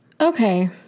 Okay